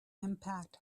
impact